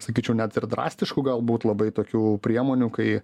sakyčiau net ir drastiškų galbūt labai tokių priemonių kai